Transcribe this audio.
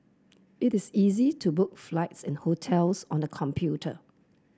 it is easy to book flights and hotels on the computer